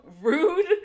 Rude